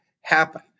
happen